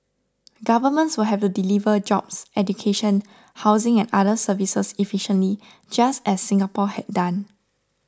governments would have to deliver jobs education housing and other services efficiently just as Singapore had done